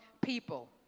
people